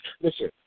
Listen